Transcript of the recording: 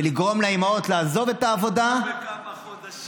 ולגרום לאימהות לעזוב את העבודה, רק בכמה חודשים.